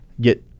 get